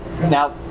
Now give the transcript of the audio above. now